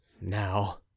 Now